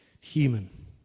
human